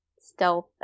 stealth